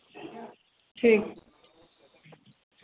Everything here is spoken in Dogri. ठीक